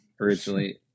originally